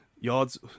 yards